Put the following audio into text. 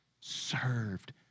served